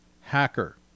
hacker